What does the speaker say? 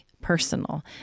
personal